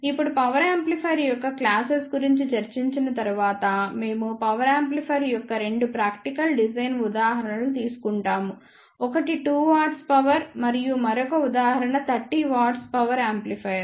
ఇప్పుడు power amplifier యొక్క క్లాసుల గురించి చర్చించిన తరువాత మేము పవర్ యాంప్లిఫైయర్ యొక్క రెండు ప్రాక్టికల్ డిజైన్ ఉదాహరణలను తీసుకుంటాము ఒకటి 2 W పవర్ మరియు మరొక ఉదాహరణ 30 W పవర్ యాంప్లిఫైయర్